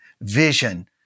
vision